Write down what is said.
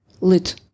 lit